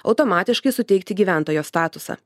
automatiškai suteikti gyventojo statusą